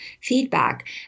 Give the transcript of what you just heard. feedback